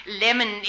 Lemon